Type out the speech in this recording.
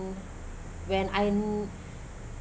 when I